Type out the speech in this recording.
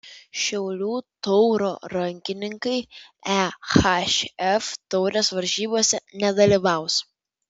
šiaulių tauro rankininkai ehf taurės varžybose nedalyvaus